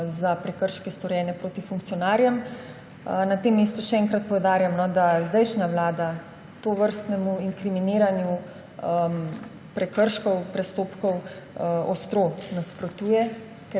za prekrške, storjene proti funkcionarjem. Na tem mestu še enkrat poudarjam, da zdajšnja vlada tovrstnemu inkriminiranju prekrškov, prestopkov ostro nasprotuje,